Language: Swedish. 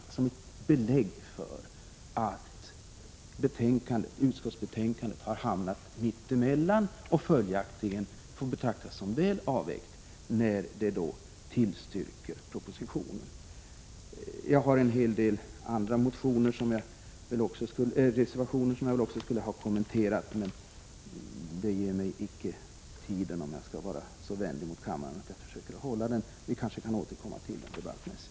Det är ett belägg för att utskottsbetänkandet har hamnat mitt emellan och följaktligen får betraktas som väl avvägt när det tillstyrker propositionen. Jag har en hel del andra reservationer som jag också skulle ha velat kommentera, men det tillåter icke tiden, om jag skall vara så vänlig mot kammaren att jag försöker hålla den. Vi kanske kan återkomma till. dem.